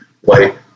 white